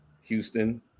Houston